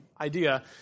idea